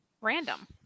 Random